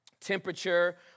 temperature